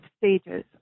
stages